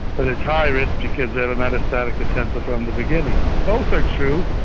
but it's high risk because they have a metastatic potential from the beginning. both are true.